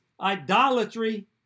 idolatry